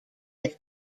that